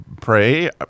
pray